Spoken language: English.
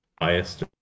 biased